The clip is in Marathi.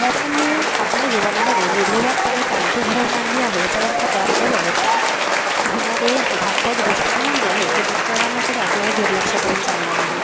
मोबाईलने आपल्या जीवनामध्ये निर्विवादपणे क्रांती घडवून आणली आहे परंतु त्याबरोबरच होणारे घातक दुष्परिणाम जे आहे ते दुष्परिणामकडे आपल्याला दुर्लक्ष करून चालणार नाही